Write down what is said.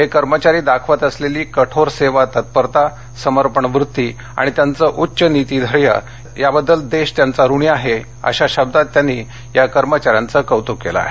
हे कर्मचारी दाखवत असलेली कठोर सेवा तत्परता समर्पण वृत्ती आणि त्यांचं उच्च नीतिधैर्य याबद्दल देश त्यांचा ऋणी आहे अशा शब्दांत त्यांनी या कर्मचाऱ्यांचं कौतूक केलं आहे